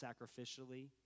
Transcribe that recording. sacrificially